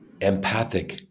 empathic